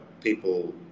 people